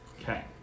Okay